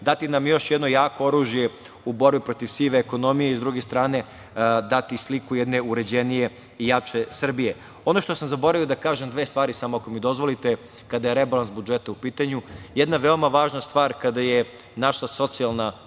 dati nam još jedno jako oružje u borbi protiv sive ekonomije i sa druge strane dati sliku jedne uređenije i jače Srbije. Ono što sam zaboravio da kažem, dve stvari samo ako mi dozvolite, kad je rebalans budžeta u pitanju. Jedna veoma važna stvar kada je naša socijalna